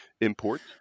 import